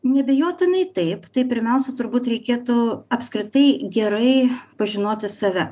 neabejotinai taip tai pirmiausia turbūt reikėtų apskritai gerai pažinoti save